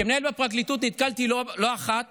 כמנהל בפרקליטות נתקלתי לא אחת